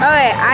Okay